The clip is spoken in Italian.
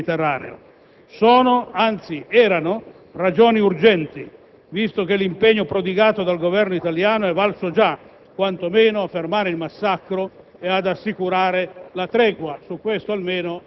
A fronte delle difficoltà e dei rischi stanno le ragioni della responsabilità di primo piano che l'Italia è chiamata ad assumere in forza della sua collocazione geopolitica e del suo ruolo specifico nel Mediterraneo.